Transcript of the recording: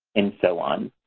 and so on.